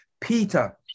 Peter